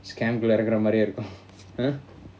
sacem கூடஇருக்கறமாதிரியேஇருக்கும்:kooda irukkura madiriye irukkum !huh!